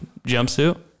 jumpsuit